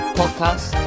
podcast